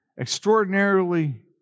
extraordinarily